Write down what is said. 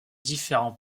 différents